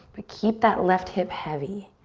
but keep that left hip heavy.